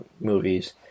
movies